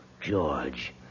George